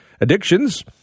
Addictions